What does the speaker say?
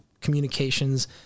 Communications